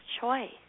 choice